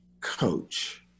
coach